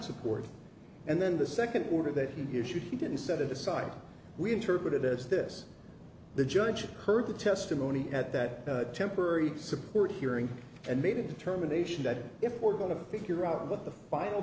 support and then the second order that he should he didn't set it aside we interpret it as this the judge heard the testimony at that temporary support hearing and made a determination that if we're going to figure out what the final